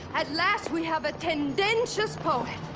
at last we have a tendentious poet.